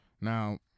Now